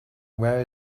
where